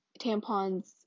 tampons